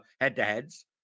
head-to-heads